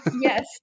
yes